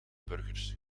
burgers